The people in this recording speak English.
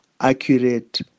accurate